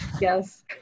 Yes